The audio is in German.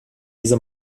diese